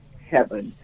heaven